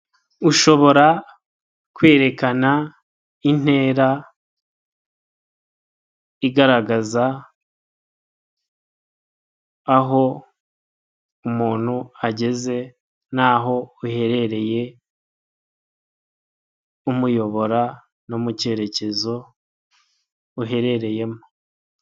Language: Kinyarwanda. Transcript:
Ushobora kwerekana intera igaragaza aho umuntu ageze n'aho uherereye umuyobora no mu cyerekezo uherereyemo.